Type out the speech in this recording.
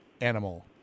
animal